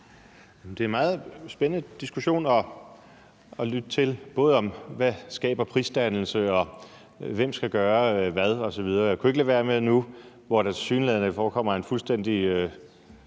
Det er en meget spændende diskussion at lytte til, både i forhold til hvad der skaber prisdannelse, og hvem der skal gøre hvad osv. Jeg kunne ikke lade være med nu, hvor der tilsyneladende foregår en fuldstændig